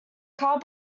car